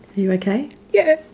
you okay? yeah,